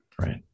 Right